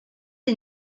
est